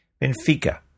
Benfica